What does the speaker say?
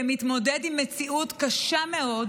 שמתמודד עם מציאות קשה מאוד